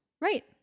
Right